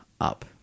Up